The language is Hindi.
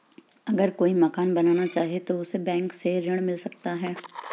अगर कोई मकान बनाना चाहे तो उसे बैंक से ऋण मिल सकता है?